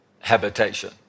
habitation